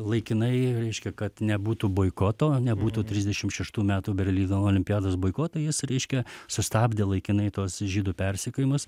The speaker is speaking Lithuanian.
laikinai reiškia kad nebūtų boikoto nebūtų trisdešim šeštų metų berlyno olimpiados boikoto jis reiškia sustabdė laikinai tuos žydų persekiojimus